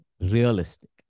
realistic